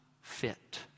fit